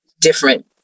different